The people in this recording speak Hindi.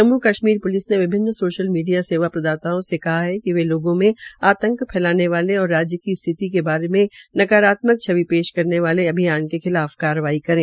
जम्म् कश्मीर प्लिस ने विभिन्न सोशल मीडिया सेवा प्रदाताओं से कहा है कि वे लोगों को आंतक फैलाने वाले और राज्य में स्थिति के बारे में नकारात्मक छवि पेश करने वाले अभियान के खिलाफ कार्रवाई करें